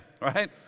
right